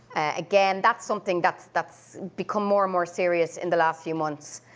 again, that's something that's that's become more and more serious in the last few months,